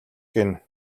гэнэ